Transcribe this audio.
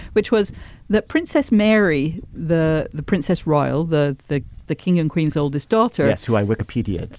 which was that princess mary the the princess royal. the the the king and queens oldest daughter s who i wikipedia.